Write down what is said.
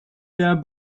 der